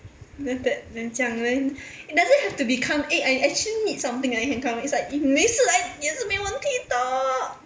then that then 这样 then it doesn't have to become eh I actually need something then I can come it's like if 没事来你也是没问题的